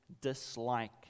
dislike